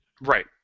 Right